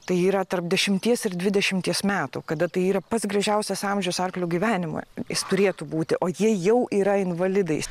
tai yra tarp dešimties ir dvidešimties metų kada tai yra pats gražiausias amžius arklio gyvenimui jis turėtų būti o jie jau yra invalidais